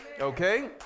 Okay